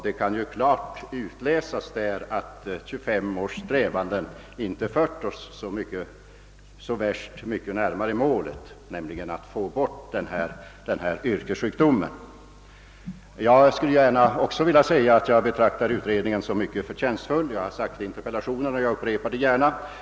Det kan klart utläsas att 25 års strävanden inte fört oss så mycket när mare målet: att få bort denna yrkessjukdom. Jag vill säga att jag betraktar utredningen som mycket förtjänstfull — jag har framhållit detta redan i interpellationen och jag upprepar det gärna.